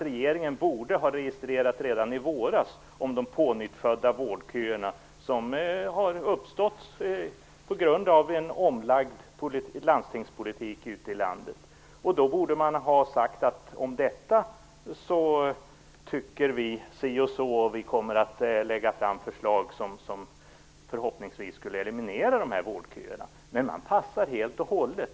Regeringen borde redan i våras ha registrerat de pånyttfödda vårdköer som har uppstått på grund av en omlagd landstingspolitik ute i landet. Man borde ha sagt: Om detta tycker vi si och så, och vi kommer att lägga fram förslag som förhoppningsvis eliminerar vårdköerna. Men i stället passar man helt och hållet.